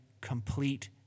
complete